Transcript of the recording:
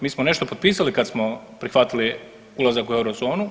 Mi smo nešto potpisali kad smo prihvatili ulazak u euro zonu.